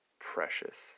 precious